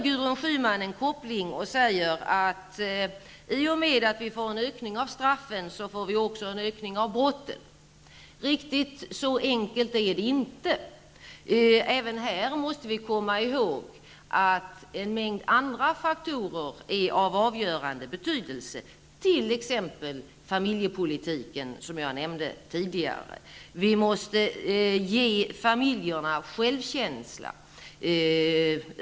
Gudrun Schyman gör en koppling och säger att vi i och med att vi får en ökning av straffen också får en ökning av brotten. Riktigt så enkelt är det inte. Även här måste vi komma ihåg att en mängd andra faktorer är av avgörande betydelse, t.ex. familjepolitiken, som jag nämnde tidigare. Vi måste ge familjerna självkänsla.